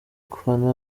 gufana